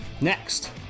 next